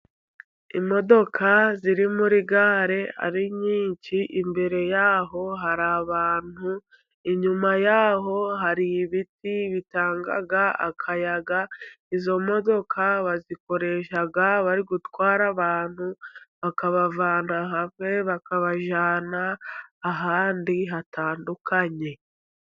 Imodoka ziri muri gare ari nyinshi, imbere y'aho hari abantu, inyuma y'aho hari ibiti bitanga akayaga, izo modoka bazikoresha bari gutwara abantu, bakabavana hamwe, bakabajyana ahandi hatandukanye.